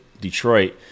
Detroit